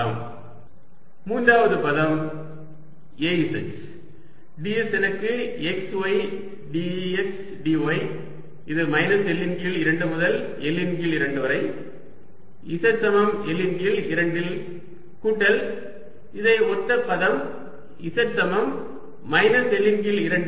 dsAyy2dxdz|y L2 y2dxdz|y L2 0 மூன்றாவது பதம் Az ds எனக்கு x y dx dy இது மைனஸ் L இன் கீழ் 2 முதல் L இன் கீழ் 2 வரை z சமம் L இன் கீழ் 2 இல் கூட்டல் இதை ஒத்த பதம் z சமம் மைனஸ் L இன் கீழ் 2 இல்